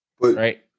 right